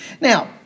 Now